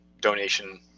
donation